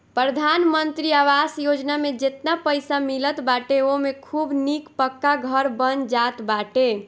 प्रधानमंत्री आवास योजना में जेतना पईसा मिलत बाटे ओमे खूब निक पक्का घर बन जात बाटे